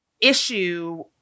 issue